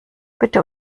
bitte